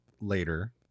later